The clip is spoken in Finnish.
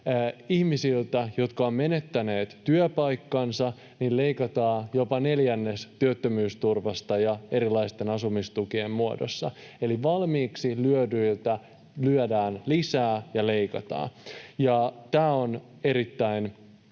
ihmisiltä, jotka ovat menettäneet työpaikkansa, leikataan jopa neljännes työttömyysturvasta erilaisten asumistukien muodossa. Eli valmiiksi lyötyjä lyödään lisää ja heiltä leikataan. Tämä on erittäin